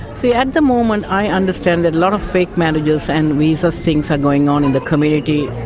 so at the moment i understand that a lot of fake marriages and visa things are going on in the community.